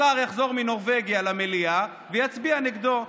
השר יחזור מנורבגיה למליאה ויצביע נגדו.